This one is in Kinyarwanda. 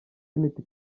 unity